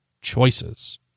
choices